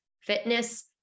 fitness